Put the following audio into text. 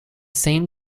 same